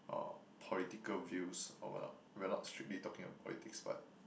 uh political views or what uh we're not strictly talking politics but